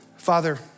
Father